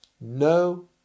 No